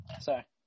Sorry